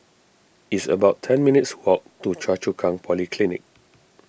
it's about ten minutes' walk to Choa Chu Kang Polyclinic